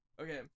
okay